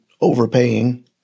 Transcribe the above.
overpaying